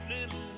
little